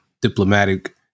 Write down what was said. diplomatic